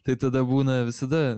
tai tada būna visada